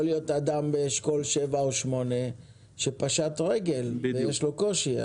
יכול להיות אדם באשכול 7 או 8 שפשט רגל ויש לו קושי.